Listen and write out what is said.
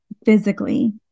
physically